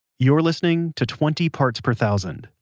you're listening to twenty parts per thousand,